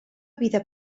vida